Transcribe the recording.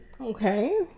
okay